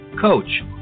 coach